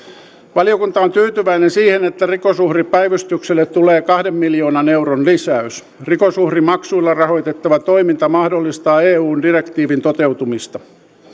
valiokunta on tyytyväinen siihen että rikosuhripäivystykselle tulee kahden miljoonan euron lisäys rikosuhrimaksuilla rahoitettava toiminta mahdollistaa eun direktiivin toteutumista